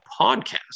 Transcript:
podcast